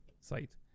site